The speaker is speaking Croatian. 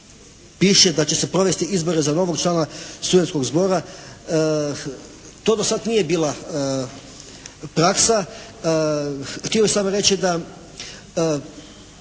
da će se provesti izbori za novoga člana studentskog zbora. To dosad nije bila praksa. Htio sam samo reći da